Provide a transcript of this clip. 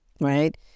right